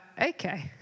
Okay